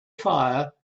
fire